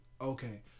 okay